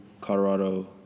Colorado